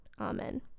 Amen